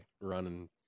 running